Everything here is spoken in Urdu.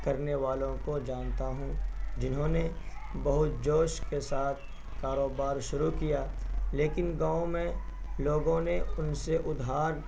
کرنے والوں کو جانتا ہوں جنہوں نے بہت جوش کے ساتھ کاروبار شروع کیا لیکن گاؤں میں لوگوں ںے ان سے ادھار